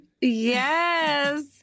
yes